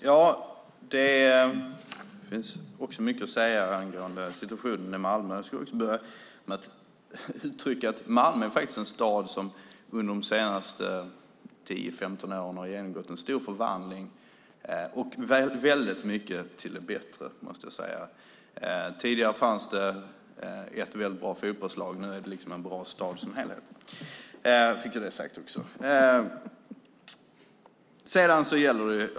Fru talman! Det finns mycket att säga om situationen i Malmö. Malmö är en stad som under de senaste 10-15 åren har genomgått en stor förvandling, mycket till det bättre. Tidigare fanns det ett bra fotbollslag; nu är det en bra stad som helhet. Nu fick jag det sagt.